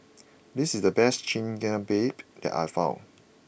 this is the best Chigenabe that I found